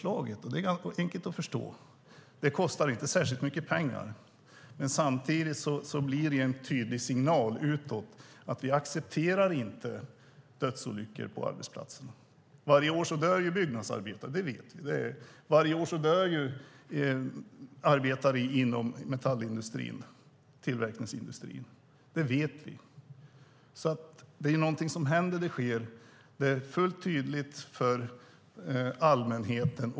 Det är ett förslag som är enkelt att förstå, och det kostar inte särskilt mycket pengar. Samtidigt ger det en tydlig signal utåt om att vi inte accepterar dödsolyckor på arbetsplatserna. Vi vet att det finns byggnadsarbetare som dör varje år. Vi vet att det finns arbetare inom metallindustrin och tillverkningsindustrin som dör varje år. Det händer, och det är tydligt för allmänheten.